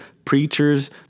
Preachers